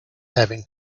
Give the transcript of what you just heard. having